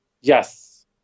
Yes